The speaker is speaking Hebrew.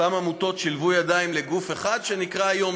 אותן עמותות שילבו ידיים לגוף אחד שנקרא היום